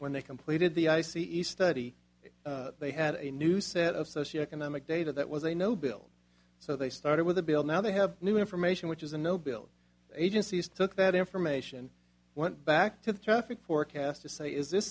when they completed the i c e study they had a new set of socio economic data that was a no bill so they started with a bill now they have new information which is a no bill agency's took that information went back to the traffic forecast to say is this